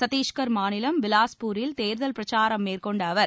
சத்திஷ்கர் மாநிலம் பிலாஸ்பூரில் தேர்தல் பிரச்சாரம் மேற்கொண்ட அவர்